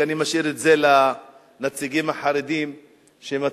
כי אני משאיר את זה לנציגים החרדים שמצבם